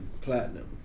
platinum